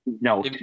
No